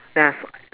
then I saw